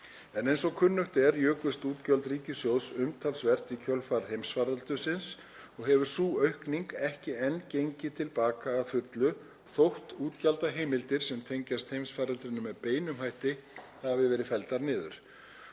En eins og kunnugt er jukust útgjöld ríkissjóðs umtalsvert í kjölfar heimsfaraldursins og hefur sú aukning ekki enn gengið til baka að fullu þótt útgjaldaheimildir sem tengjast heimsfaraldrinum með beinum hætti hafi verið felldar niður.